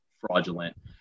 fraudulent